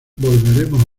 volveremos